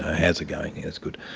how's it going, yeah that's good',